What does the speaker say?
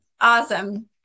Awesome